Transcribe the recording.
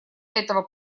этого